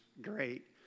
great